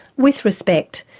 with respect,